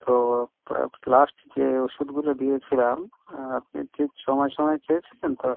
তো লাস্ট যে ওষুধগুলো দিয়েছিলাম আপনি ঠিক সময় সময় খেয়েছিলেন তো